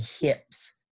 hips